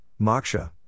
moksha